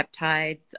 peptides